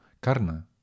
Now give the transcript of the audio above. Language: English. Karna